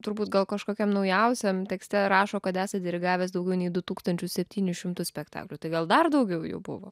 turbūt gal kažkokiam naujausiam tekste rašo kad esat dirigavęs daugiau nei du tūkstančius septynis šimtus spektaklių tai gal dar daugiau jų buvo